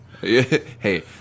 Hey